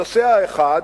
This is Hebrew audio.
הנושא האחד